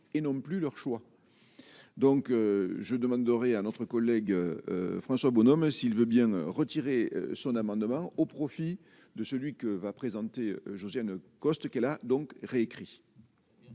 et non plus leur choix, donc je demanderais à notre collègue François Bonneau mais s'il veut bien retirer son amendement au profit de celui que va présenter Josiane Costes, qu'elle a donc réécrit.